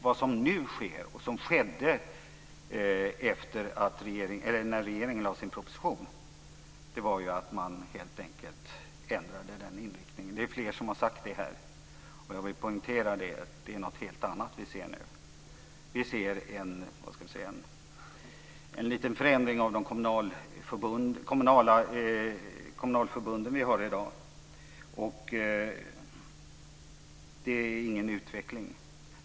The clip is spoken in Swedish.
Vad som skedde när regeringen lade fram sin proposition var att man helt enkelt ändrade den inriktningen, som fler här har sagt. Jag vill poängtera att vad vi nu ser är någonting helt annat. Vi ser en liten förändring av de kommunalförbund som vi i dag har, men det är ingen utveckling.